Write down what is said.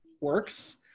works